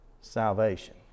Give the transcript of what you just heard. salvation